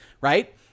right